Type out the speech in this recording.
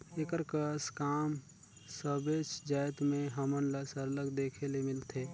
एकर कस काम सबेच जाएत में हमन ल सरलग देखे ले मिलथे